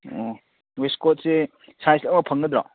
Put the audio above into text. ꯑꯣ ꯋꯦꯁꯀꯣꯠꯁꯦ ꯁꯥꯏꯖ ꯂꯣꯏꯅ ꯐꯪꯒꯗ꯭ꯔꯣ